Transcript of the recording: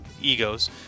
egos